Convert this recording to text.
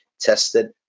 tested